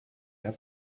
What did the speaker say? herr